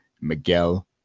Miguel